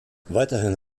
weiterhin